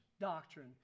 doctrine